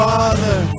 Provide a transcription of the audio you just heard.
Father